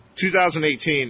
2018